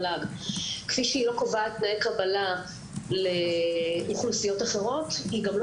מל"ג לא קובעת תנאי קבלה לאוכלוסיות אחרות וגם לא